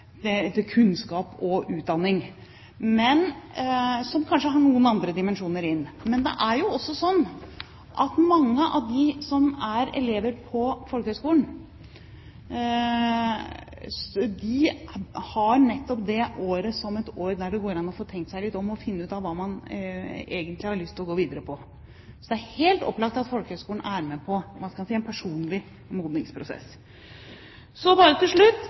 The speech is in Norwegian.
er jo også sånn at mange av de som er elever på folkehøyskole, har nettopp det året som et år der det går an å få tenkt seg litt om og finne ut av hva man egentlig har lyst til å gå videre med. Så det er helt opplagt at folkehøyskolen er med på en personlig modningsprosess. Bare til slutt: